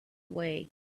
way